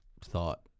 thought